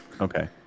Okay